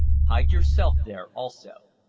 hide yourself there also.